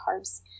carbs